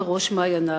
בראש מעייניו.